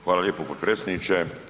Hvala lijepo potpredsjedniče.